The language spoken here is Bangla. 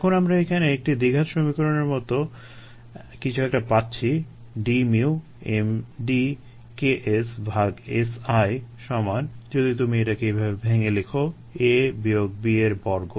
এখন আমরা এখানে একটি দ্বিঘাত সমীকরণের মতো কিছু একটা পাচ্ছি D mu m D K S ভাগ S i সমান যদি তুমি এটাকে ভেঙ্গে লিখো a বিয়োগ b এর বর্গ